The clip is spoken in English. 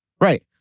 Right